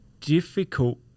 difficult